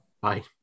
Bye